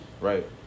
Right